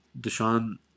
Deshaun